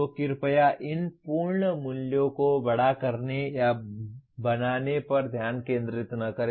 तो कृपया इन पूर्ण मूल्यों को बड़ा करने या बनाने पर ध्यान केंद्रित न करें